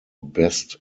best